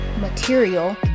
material